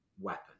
weapon